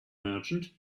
merchant